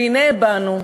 והנה באנו,